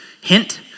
hint